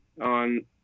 on